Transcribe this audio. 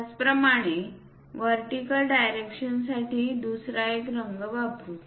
त्याचप्रमाणे वर्टीकल डायरेक्शनसाठी दुसरा एक रंग वापरू